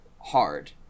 hard